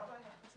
מה הבעיה?